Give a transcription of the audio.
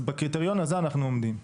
אם כן, בקריטריון הזה אנחנו עומדים.